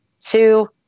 two